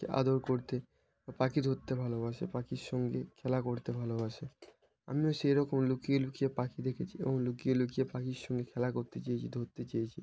কে আদর করতে বা পাখি ধরতে ভালোবাসে পাখির সঙ্গে খেলা করতে ভালোবাসে আমিও সেইরকম লুকিয়ে লুকিয়ে পাখি দেখেছি এবং লুকিয়ে লুকিয়ে পাখির সঙ্গে খেলা করতে চেয়েছি ধরতে চেয়েছি